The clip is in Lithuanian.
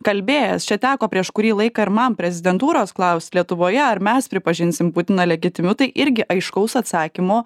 kalbėjęs čia teko prieš kurį laiką ir man prezidentūros klaust lietuvoje ar mes pripažinsim putiną legitimiu tai irgi aiškaus atsakymo